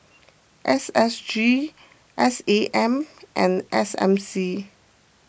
S S G S A M and S M C